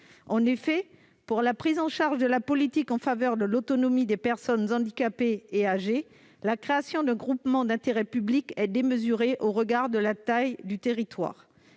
En effet, pour la prise en charge de la politique en faveur de l'autonomie des personnes handicapées et âgées, la création d'un groupement d'intérêt public est démesurée au regard de la taille du territoire.